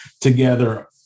together